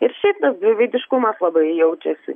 ir šiaip tas dviveidiškumas labai jaučiasi